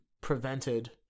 prevented